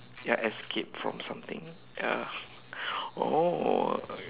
ya escape from something ya oh